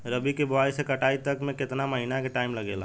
रबी के बोआइ से कटाई तक मे केतना महिना के टाइम लागेला?